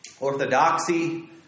Orthodoxy